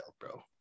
bro